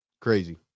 Crazy